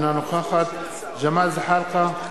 אינה נוכחת ג'מאל זחאלקה,